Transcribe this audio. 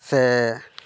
ᱥᱮ